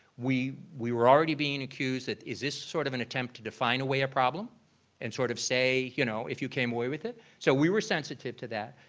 we we were already being accused that is this sort of an attempt to define away our problem and sort of say, you know, if you came away with it, so we were sensitive to that.